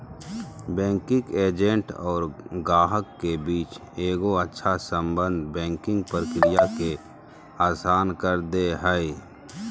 banking agent और गाहक के बीच एगो अच्छा सम्बन्ध बैंकिंग प्रक्रिया के आसान कर दे हय